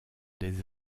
des